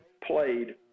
played